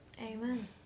Amen